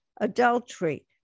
adultery